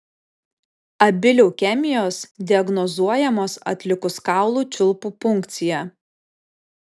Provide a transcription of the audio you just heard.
abi leukemijos diagnozuojamos atlikus kaulų čiulpų punkciją